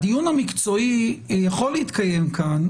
הדיון המקצועי יכול להתקיים כאן,